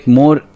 more